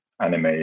anime